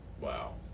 Wow